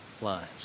lives